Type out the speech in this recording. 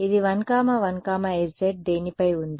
ఇది 1 1sz దేనిపై ఉంది